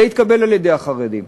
זה התקבל על-ידי החרדים.